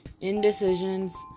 indecisions